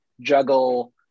juggle